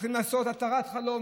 צריכים לעשות התרת חלום.